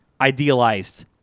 idealized